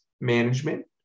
management